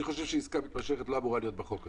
אני חושב שעסקה מתמשכת לא אמורה להיות בחוק הזה.